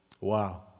Wow